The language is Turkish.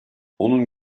onun